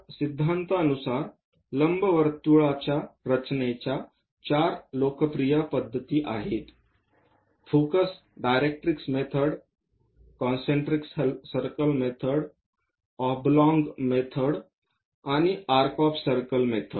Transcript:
तर सिद्धांतानुसार लंबवर्तुळाकार रचनेच्या चार लोकप्रिय पद्धती आहेत focus directrix method concentric circle method oblong method आणि आर्क ऑफ सर्कल मेथड